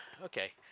Okay